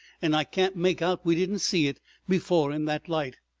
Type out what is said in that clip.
and i can't make out we didn't see it before in that light.